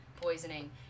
poisoning